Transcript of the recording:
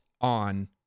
on